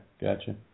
Gotcha